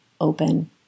open